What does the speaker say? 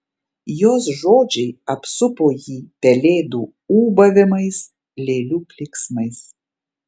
jos žodžiai apsupo jį pelėdų ūbavimais lėlių klyksmais